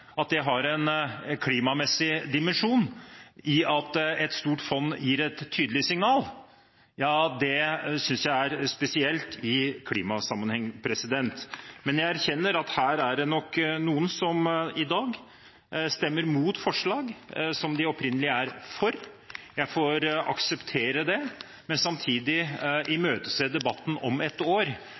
det er en klimamessig dimensjon i at et stort fond gir et tydelig signal. Det synes jeg er spesielt i klimasammenheng. Men jeg erkjenner at her er det nok noen som i dag stemmer imot forslag som de opprinnelig er for. Jeg får akseptere det, men samtidig imøtese debatten om et år